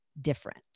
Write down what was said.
different